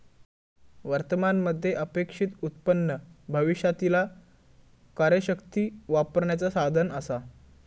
वर्तमान मध्ये अपेक्षित उत्पन्न भविष्यातीला कार्यशक्ती वापरण्याचा साधन असा